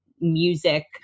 music